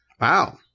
Wow